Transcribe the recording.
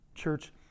Church